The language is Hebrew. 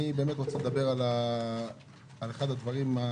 ינון, בבקשה.